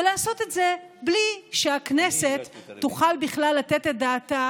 ולעשות את זה בלי שהכנסת תוכל בכלל לתת את דעתה